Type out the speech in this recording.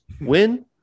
win